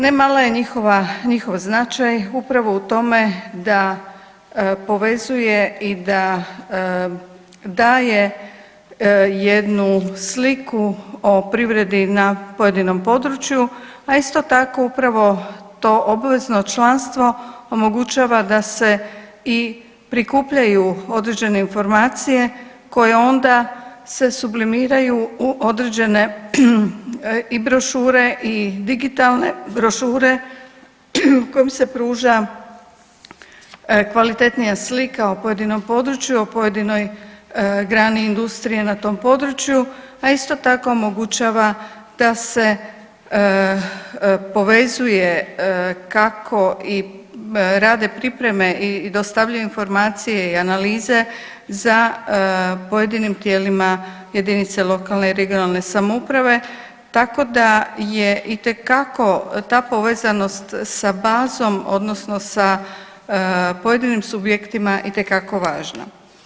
Ne mala je njihova, njihov značaj upravo u tome da povezuje i da daje jednu sliku o privredi na pojedinom području, a isto tako upravo to obvezno članstvo omogućava da se i prikupljaju određene informacije koje onda se sublimiraju u određene i brošure i digitalne brošure kojom se pruža kvalitetnija slika o pojedinom području i o pojedinoj grani industrije na tom području, a isto tako omogućava da se povezuje kako i rade pripreme i dostavljaju informacije i analize za pojedinim tijelima jedinice lokalne i regionalne samouprave tako da je itekako ta povezanost sa bazom odnosno sa pojedinim subjektima itekako važna.